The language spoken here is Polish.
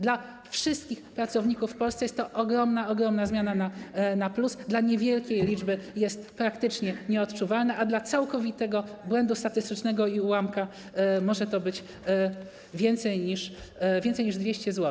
Dla wszystkich pracowników w Polsce jest to ogromna, ogromna zmiana na plus, dla niewielkiej liczby jest ona praktycznie nieodczuwalna, a dla całkowitego błędu statystycznego i ułamka może to być więcej niż 200 zł.